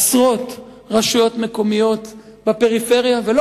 עשרות רשויות מקומיות בפריפריה ולא